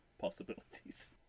possibilities